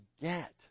get